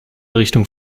richtung